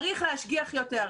צריך להשגיח יותר.